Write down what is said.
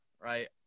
right